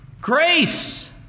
grace